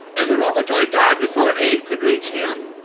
if the robotoid died before aid could reach him,